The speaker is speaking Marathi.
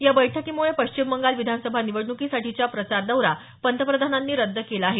या बैठकीमुळे पश्चिम बंगाल विधानसभा निवडणुकीसाठीचा प्रचार दौरा त्यांनी रद्द केला आहे